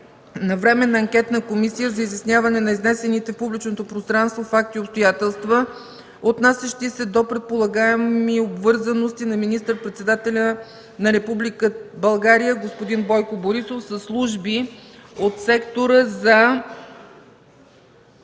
на Временна анкетна комисия за изясняване на изнесените в публичното пространство факти и обстоятелства, отнасящи се до предполагаеми обвързаности на министър-председателя на Република България господин Бойко Борисов със служби от Сектора за